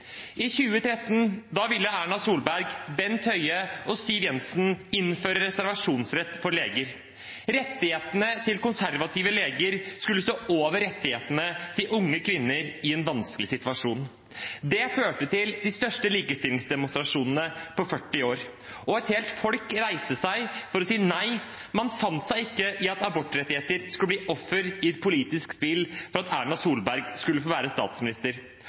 I 2013 ville Erna Solberg, Bent Høie og Siv Jensen innføre reservasjonsrett for leger. Rettighetene til konservative leger skulle stå over rettighetene til unge kvinner i en vanskelig situasjon. Det førte til de største likestillingsdemonstrasjonene på 40 år, og et helt folk reiste seg for å si nei. Man fant seg ikke i at abortrettigheter skulle bli offer i et politisk spill for at Erna Solberg skulle få være statsminister.